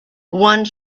one